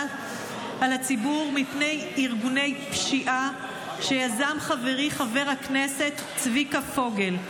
על הציבור מפני ארגוני פשיעה שיזם חברי חבר הכנסת צביקה פוגל.